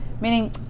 meaning